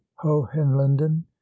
hohenlinden